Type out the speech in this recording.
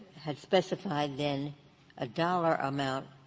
had specified then a dollar amount